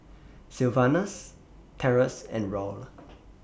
Sylvanus Terrence and Raul